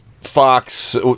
fox